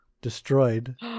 destroyed